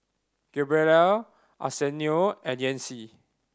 gabrielle Arsenio and Yancy